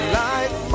life